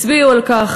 הצביעו על כך,